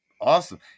Awesome